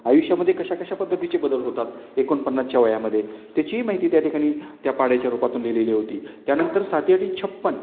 आयुष्यामध्ये कशा कशा पद्धतीचे बदल होतात एकोणपन्नासच्या वयामध्ये त्याचीही माहिती त्या ठिकाणी त्या पाढ्याच्या रूपातून लिहिलेली होती त्यानंतर साती आटी छप्पन